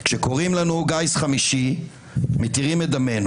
כשקוראים לנו "גיס חמישי", מתירים את דמנו.